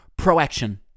Proaction